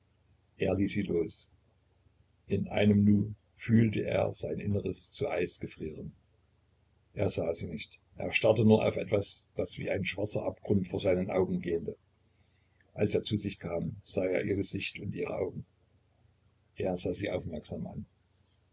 er ließ sie los in einem nu fühlte er sein inneres zu eis gefrieren er sah sie nicht er starrte nur auf etwas das wie ein schwarzer abgrund vor seinen augen gähnte als er zu sich kam sah er ihr gesicht und ihre augen er sah sie aufmerksam an